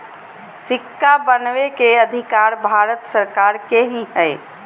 सिक्का बनबै के अधिकार भारत सरकार के ही हइ